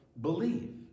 believe